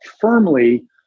firmly